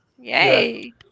Yay